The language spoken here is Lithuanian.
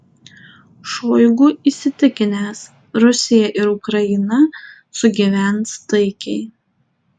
šoigu įsitikinęs rusija ir ukraina sugyvens taikiai